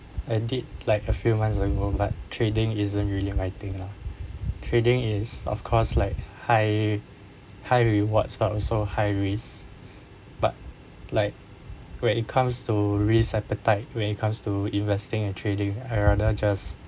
I did like a few months ago but trading isn't really my thing lah trading is of course like high high rewards but also high risk but like when it comes to risk appetite when it comes to investing and trading I rather just